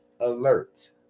alert